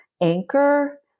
anchor